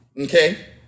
okay